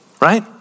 right